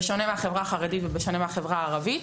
בשונה מהחברה החרדית ובשונה מהחברה הערבית,